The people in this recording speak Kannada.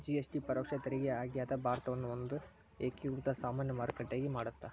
ಜಿ.ಎಸ್.ಟಿ ಪರೋಕ್ಷ ತೆರಿಗೆ ಆಗ್ಯಾದ ಭಾರತವನ್ನ ಒಂದ ಏಕೇಕೃತ ಸಾಮಾನ್ಯ ಮಾರುಕಟ್ಟೆಯಾಗಿ ಮಾಡತ್ತ